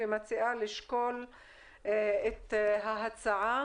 ומציעה לשקול את ההצעה